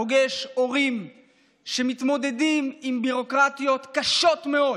פוגש הורים שמתמודדים עם ביורוקרטיות קשות מאוד,